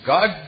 God